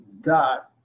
Dot